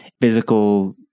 physical